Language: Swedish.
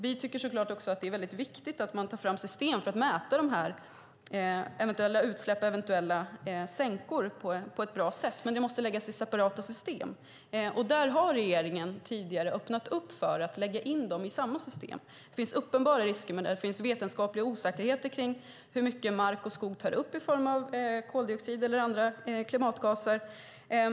Vi tycker så klart också att det är viktigt att man tar fram system för att mäta eventuella utsläpp och eventuella sänkor på ett bra sätt, men det måste läggas i separata system. Där har regeringen tidigare öppnat för att lägga in dem i samma system. Det finns uppenbara risker med det. Det finns vetenskapliga osäkerheter om hur mycket mark och skog tar upp i form av koldioxid eller andra klimatgaser.